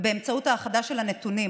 ובאמצעות האחדה של הנתונים,